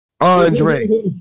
Andre